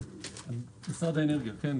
משרד האנרגיה, כן?